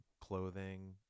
clothing